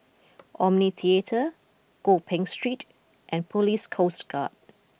Omni Theatre Gopeng Street and Police Coast Guard